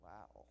Wow